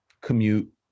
Commute